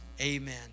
Amen